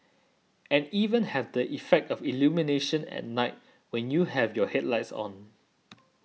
and even have the effect of illumination at night when you have your headlights on